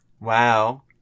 Wow